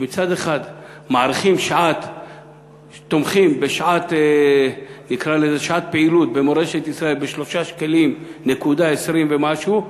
שמצד אחד תומכים בשעת פעילות במורשת ישראל ב-3.20 ומשהו שקלים,